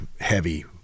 heavy